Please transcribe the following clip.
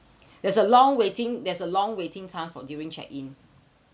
there's a long waiting there's a long waiting time for during check in